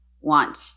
want